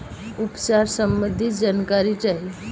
उपचार सबंधी जानकारी चाही?